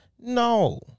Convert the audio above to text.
No